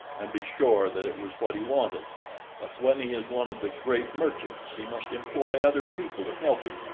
and be sure that it was what he wanted but when he is one of the great merchants he must employ other people to help him,